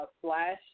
Flash